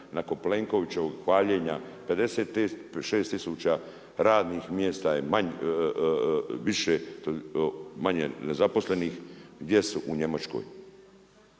nakon Plenkovićevog hvaljenja, 56 tisuća radnih mjesta manje nezaposlenih. Gdje su? U Njemačkoj.